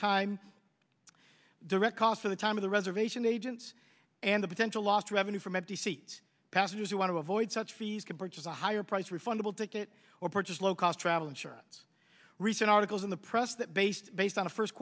time direct cost of the time of the reservation agents and the potential lost revenue from empty seats passengers who want to avoid such fees can purchase a higher price refundable ticket or purchase low cost travel insurance recent articles in the press that based based on a first